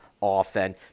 often